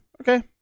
okay